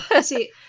See